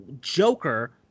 joker